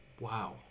Wow